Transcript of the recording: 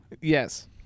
Yes